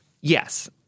yes